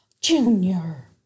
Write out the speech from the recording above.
Junior